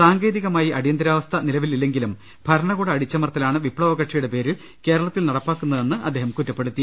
സാങ്കേതികമായി അടിയന്തരാവസ്ഥ നിലവിലില്ലെങ്കിലും ഭരണകൂട അടിച്ചമർത്തലാണ് വിപ്തവ കക്ഷിയുടെ പേരിൽ കേരളത്തിൽ നടപ്പിലാക്കുന്നതെന്ന് അദ്ദേഹം കുറ്റപ്പെടുത്തി